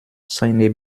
seine